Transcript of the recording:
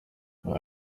ubu